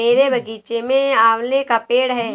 मेरे बगीचे में आंवले का पेड़ है